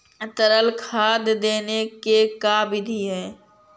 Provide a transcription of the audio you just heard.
तरल खाद देने के का बिधि है?